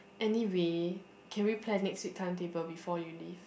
anyway can we plan next week timetable before you leave